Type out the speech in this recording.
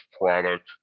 product